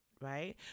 right